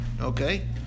Okay